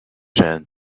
sand